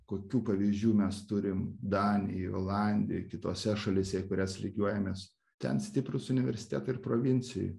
kokių pavyzdžių mes turim danijoj olandijoj kitose šalyse į kurias lygiuojamės ten stiprūs universitetai ir provincijoj